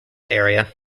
area